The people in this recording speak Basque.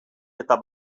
eta